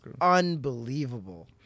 unbelievable